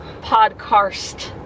podcast